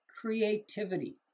creativity